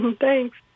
Thanks